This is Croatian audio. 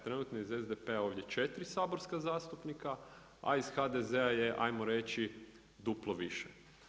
Trenutno je iz SDP-a ovdje 4 saborska zastupnika a iz HDZ-a je ajmo reći duplo više.